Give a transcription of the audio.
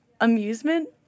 amusement